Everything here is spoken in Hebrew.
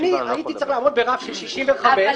אני הייתי צריך לעמוד ברף של 65 --- אבל,